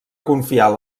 confiar